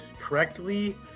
correctly